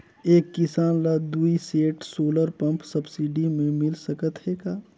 एक किसान ल दुई सेट सोलर पम्प सब्सिडी मे मिल सकत हे का?